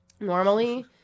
normally